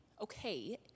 okay